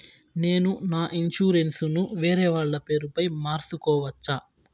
నేను నా ఇన్సూరెన్సు ను వేరేవాళ్ల పేరుపై మార్సుకోవచ్చా?